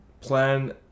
plan